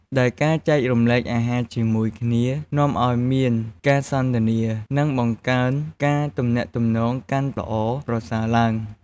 ដែលការចែករំលែកអាហារជាមួយគ្នា នាំឲ្យមានការសន្ទនា និងបង្កើនការទំនាក់ទំនងកាន់ល្អប្រសើរទ្បើង។